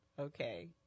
Okay